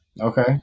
Okay